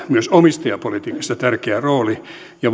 myös omistajapolitiikassa tulee olla rooli ja